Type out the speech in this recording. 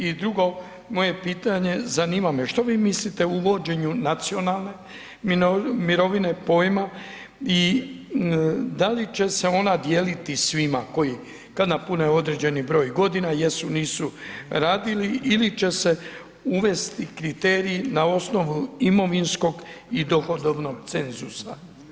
I drugo moje pitanje, zanima me, što vi mislite o uvođenju nacionalne mirovine, pojma i da li će se ona dijeliti svima koji kad napune određeni broj godina, jesu-nisu radili ili će se uvesti kriteriji na osnovnu imovinskog i dohodovnog cenzusa?